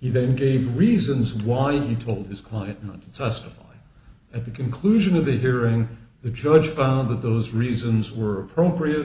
he then gave reasons why he told his client not to testify at the conclusion of the hearing the judge found that those reasons were appropriate